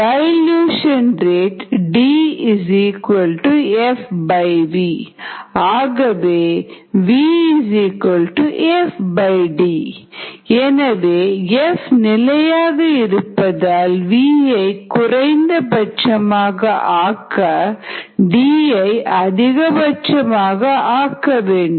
dilution rate D FV ஆகவேV FD எனவே F நிலையாக இருப்பதால் V ஐ குறைந்தபட்சமாக ஆக்க D ஐ அதிகபட்சமாக ஆக்க வேண்டும்